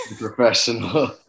professional